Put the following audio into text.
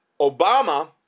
Obama